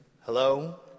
Hello